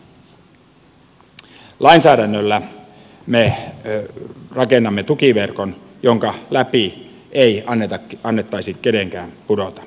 lainsäädännöllä me rakennamme tukiverkon jonka läpi ei annettaisi kenenkään pudota